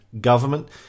government